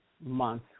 month